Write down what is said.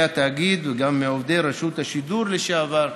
התאגיד וגם מעובדי רשות השידור לשעבר.